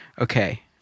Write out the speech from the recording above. Okay